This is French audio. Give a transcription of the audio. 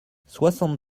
soixante